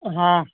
ହଁ